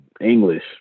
English